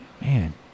man